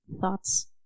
thoughts